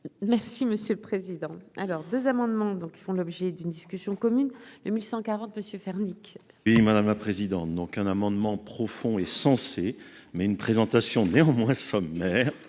Merci monsieur le président, alors 2 amendements, donc ils font l'objet d'une discussion commune le 1140 monsieur faire Nick. Oui, madame la présidente, donc un amendement profond est censé mais une présentation néanmoins sommaire,